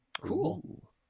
cool